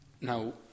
Now